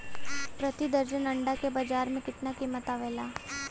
प्रति दर्जन अंडा के बाजार मे कितना कीमत आवेला?